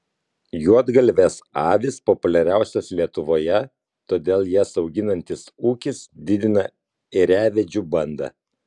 juodgalvės avys populiariausios lietuvoje todėl jas auginantis ūkis didina ėriavedžių bandą